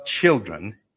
children